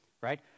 right